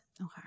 Okay